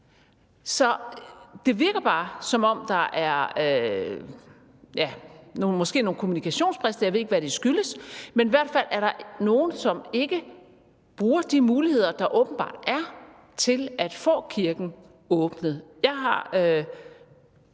Så det virker bare, som om der er, ja, måske nogle kommunikationsbrist – jeg ved ikke, hvad det skyldes. Men i hvert fald er der nogle, som ikke bruger de muligheder, der åbenbart er, til at få kirken åbnet.